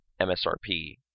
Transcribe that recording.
MSRP